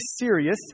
serious